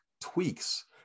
tweaks